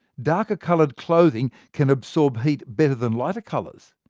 darker coloured clothing can absorb heat better than lighter colours,